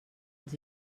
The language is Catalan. els